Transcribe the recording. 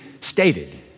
stated